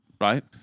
right